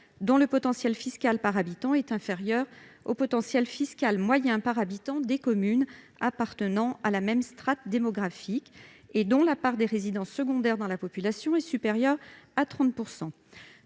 dont le potentiel fiscal par habitant est inférieur au potentiel fiscal moyen par habitant des communes appartenant à la même strate démographique et dont la part des résidences secondaires dans la population est supérieure à 30 %.